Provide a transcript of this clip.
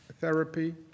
therapy